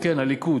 כן, הליכוד,